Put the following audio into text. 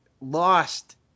lost